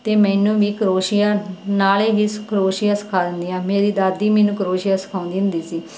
ਅਤੇ ਮੈਨੂੰ ਵੀ ਕਰੋਸ਼ੀਆ ਨਾਲੇ ਹੀ ਕਰੋਸ਼ੀਆ ਸਿਖਾ ਦਿੰਦੀਆਂ ਮੇਰੀ ਦਾਦੀ ਮੈਨੂੰ ਕਰੋਸ਼ੀਆ ਸਿਖਾਉਂਦੀ ਹੁੰਦੀ ਸੀ